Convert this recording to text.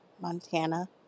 Montana